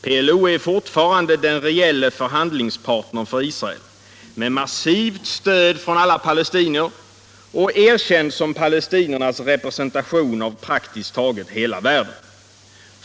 PLO är fortfarande den reella förhandlingspartnern för Israel — med massivt stöd från alla palestinier och erkänd som palestiniernas representation av praktiskt taget hela världen.